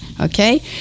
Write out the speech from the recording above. Okay